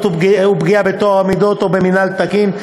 ופגיעה בטוהר המידות או במינהל התקין),